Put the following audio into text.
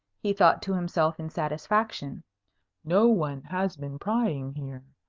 he thought to himself in satisfaction no one has been prying here.